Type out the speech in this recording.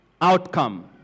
outcome